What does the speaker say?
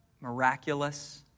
miraculous